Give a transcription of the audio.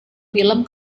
film